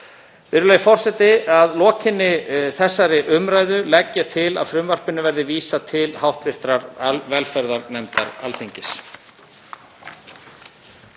Virðulegi forseti. Að lokinni þessari umræðu legg ég til að frumvarpinu verði vísað til hv. velferðarnefndar Alþingis.